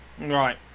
Right